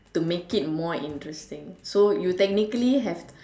to make it more interesting so you technically have